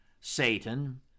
Satan